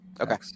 okay